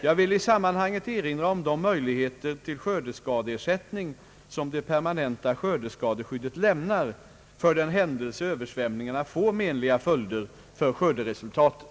Jag vill i sammanhanget erinra om de möjligheter till skördeskadeersättning som det permanenta skördeskadeskyddet lämnar för den händelse översvämningarna får menliga följder för skörderesultatet.